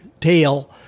tail